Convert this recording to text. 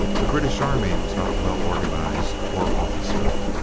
the british army was not well organized or officered.